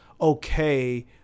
okay